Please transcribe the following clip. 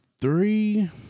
three